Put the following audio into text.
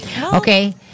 Okay